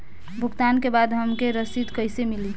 भुगतान के बाद हमके रसीद कईसे मिली?